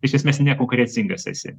iš esmės nekonkurencingas esi